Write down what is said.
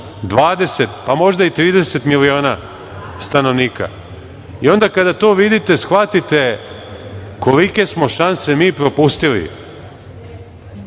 20, pa možda i 30 miliona stanovnika. Onda kada to vidite, shvatite kolike smo šanse mi propustili